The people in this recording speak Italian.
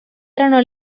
erano